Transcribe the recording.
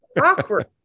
Awkward